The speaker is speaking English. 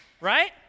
right